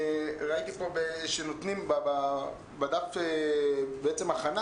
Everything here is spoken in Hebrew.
ראיתי בדף ההכנה,